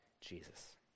Jesus